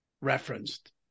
referenced